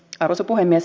arvoisa puhemies